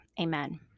Amen